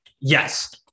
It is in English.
Yes